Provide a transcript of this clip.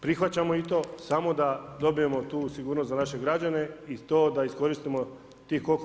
Prihvaćamo i to, samo da dobijemo tu sigurnost za naše građane i to da iskoristimo tih koliko?